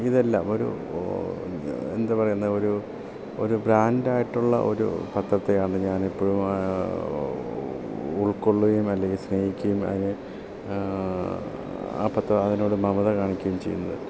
ഇതെല്ലാം ഒരു എന്താ പറയുന്നത് ഒരു ഒരു ബ്രാൻഡ് ആയിട്ടുള്ള ഒരു പത്രത്തെയാണ് ഞാൻ എപ്പോഴും ഉൾക്കൊള്ളുകയും അല്ലെങ്കിൽ സ്നേഹിക്കുകയും അതിനെ ആ പത്ര അതിനോട് മമത കാണിക്കുകയും ചെയ്യുന്നത്